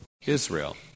Israel